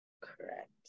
correct